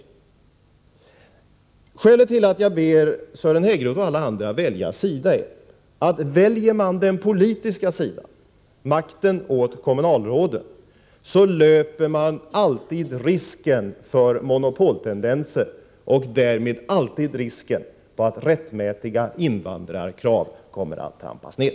Skälet till att jag ber Sören Häggroth och alla andra välja sida är att om man väljer den politiska sidan — makten åt kommunalråden — löper man alltid risken för monopoltendenser och därmed alltid risken för att rättmätiga invandrarkrav kommer att trampas ned.